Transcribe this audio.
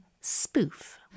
spoof